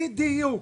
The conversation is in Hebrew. בדיוק.